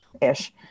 Ish